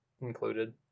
included